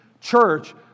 church